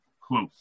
close